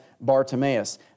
Bartimaeus